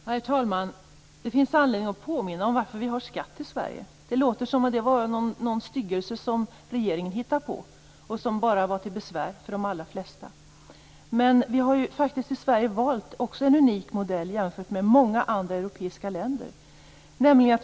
Herr talman! Det finns anledning att påminna om varför vi har skatt i Sverige. Det låter som om det är en styggelse som regeringen har hittat på och som bara är till besvär för de allra flesta. Vi har i Sverige valt en unik modell jämfört med många andra europeiska länder.